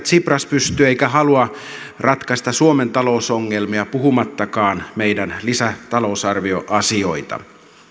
tsipras pystyy tai haluaa ratkaista suomen talousongelmia puhumattakaan lisätalousarvioasioista